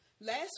last